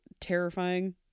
terrifying